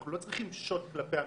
אנחנו לא צריכים שוט כלפי הממשלה.